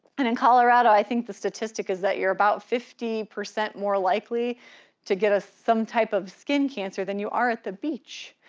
and in colorado i think the statistic is that you're about fifty percent more likely to get a some type of skin cancer than you are at the beach.